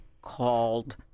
called